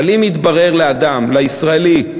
אבל אם יתברר לאדם, לישראלי,